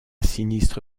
sinistre